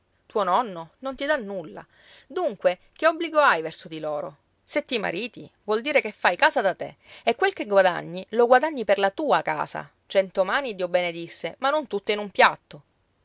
tuo nonno non ti dà nulla dunque che obbligo hai verso di loro se ti mariti vuol dire che fai casa da te e quel che guadagni lo guadagni per la tua casa cento mani dio benedisse ma non tutte in un piatto